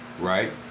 right